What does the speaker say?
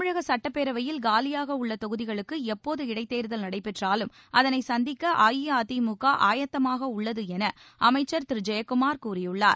தமிழக சட்டப்பேரவையில் காலியாக உள்ள தொகுதிகளுக்கு எப்போது இடைத் தேர்தல் நடைபெற்றாலும் அதனை சந்திக்க அஇஅதிமுக ஆயத்தமாக உள்ளது என அமைச்சர் திரு டி ஜெயக்குமார் கூறியுள்ளார்